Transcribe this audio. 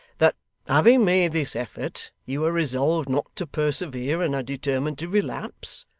that having made this effort, you are resolved not to persevere and are determined to relapse?